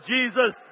Jesus